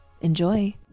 Enjoy